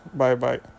bye-bye